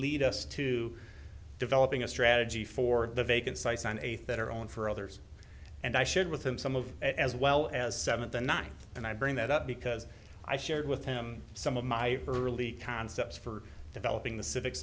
lead us to developing a strategy for the vacant sites and eight that are on for others and i shared with him some of it as well as some of the nine and i bring that up because i shared with him some of my early concepts for developing the civic